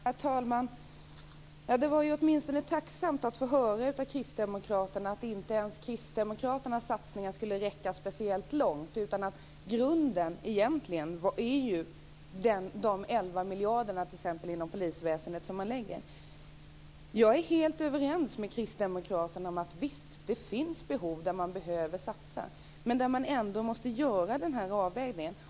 Herr talman! Det var åtminstone tacksamt att få höra av kristdemokraterna att inte ens deras satsningar skulle räcka speciellt långt. Grunden är ju egentligen de 11 miljarder som man lägger till exempelvis polisväsendet. Jag är helt överens med Kristdemokraterna om att det visst finns behov och områden där man behöver satsa. Men man måste ändå göra denna avvägning.